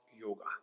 yoga